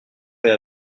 fais